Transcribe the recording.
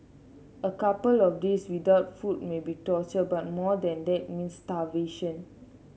a couple of days without food may be torture but more than that means starvation